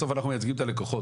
בסוף אנחנו מייצגים את הלקוחות,